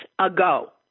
ago